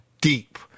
deep